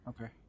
Okay